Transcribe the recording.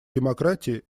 демократии